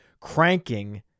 cranking